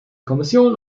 kommission